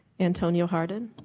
antonio hardin.